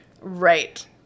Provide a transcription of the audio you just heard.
Right